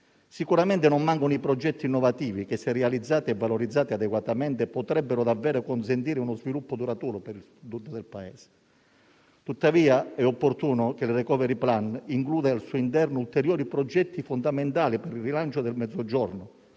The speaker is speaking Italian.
sicuramente non mancano i progetti innovativi che, se realizzati e valorizzati adeguatamente, potrebbero davvero consentire uno sviluppo duraturo per il futuro del Paese. Tuttavia è opportuno che il *recovery plan* includa al suo interno ulteriori progetti fondamentali per il rilancio del Mezzogiorno,